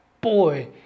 boy